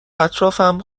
اطرافم